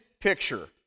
picture